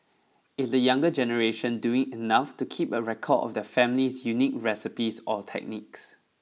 is the younger generation doing enough to keep a record of their family's unique recipes or techniques